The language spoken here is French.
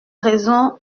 raisons